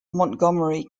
montgomery